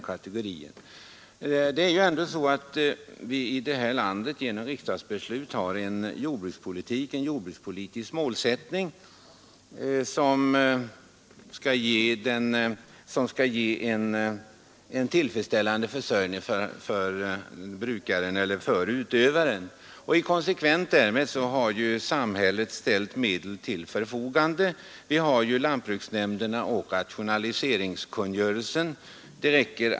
Vi har ändå i det här landet genom riksdagsbeslut fastställt en jordbrukspolitisk målsättning, nämligen att ge en tillfredsställande försörjning för jordbrukaren, och i konsekvens härmed har samhället ställt medel till förfogande. Det räcker att ange lantbruksnämnderna och rationaliseringskungörelsen.